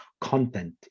content